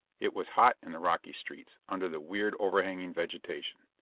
it was hot in the rocky streets under the weird overhanging vegetation.